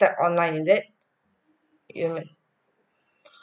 tap online is it